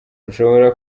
rushobora